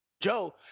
Joe